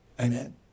Amen